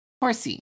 Horsey